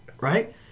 Right